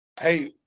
hey